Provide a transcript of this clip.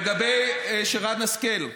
לגבי שרָן השכל,